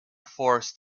forced